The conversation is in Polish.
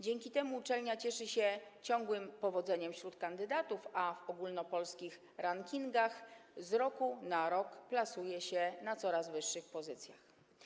Dzięki temu uczelnia cieszy się ciągłym powodzeniem wśród kandydatów, a w ogólnopolskich rankingach z roku na rok plasuje się na coraz wyższych pozycjach.